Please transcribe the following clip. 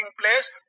place